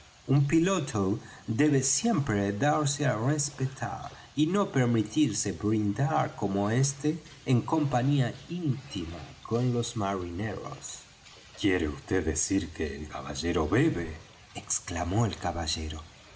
un piloto debe siempre darse á respetar y no permitirse brindar como éste en compañía íntima con los marineros quiere vd decir que el hombre bebe exclamó el caballero